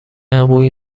عمویی